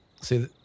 see